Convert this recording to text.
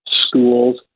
schools